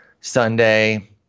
Sunday –